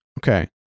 Okay